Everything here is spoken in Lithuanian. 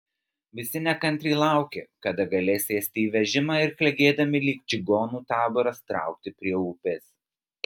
visi nekantriai laukė kada galės sėsti į vežimą ir klegėdami lyg čigonų taboras traukti prie upės